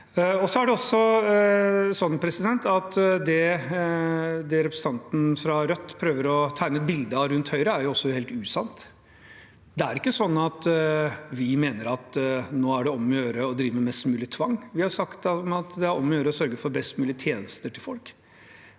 Det representanten fra Rødt prøver å tegne et bilde av rundt Høyre, er også helt usant. Det er ikke sånn at vi nå mener det er om å gjøre å drive mest mulig tvang. Vi har sagt at det er om å gjøre å sørge for best mulig tjenester til folk